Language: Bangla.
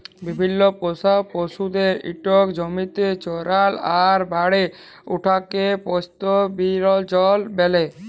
বিভিল্ল্য পোষা পশুদের ইকট জমিতে চরাল আর বাড়ে উঠাকে পাস্তরেলিজম ব্যলে